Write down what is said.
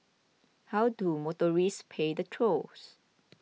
how do motorists pay the tolls